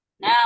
now